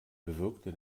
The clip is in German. bewirkte